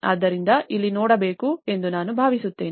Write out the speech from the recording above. ಆದ್ದರಿಂದ ಇಲ್ಲಿ ನೋಡಬೇಕು ಎಂದು ನಾನು ಭಾವಿಸುತ್ತೇನೆ